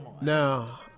Now